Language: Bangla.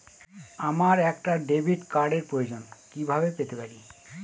আমার একটা ডেবিট কার্ডের প্রয়োজন কিভাবে পেতে পারি?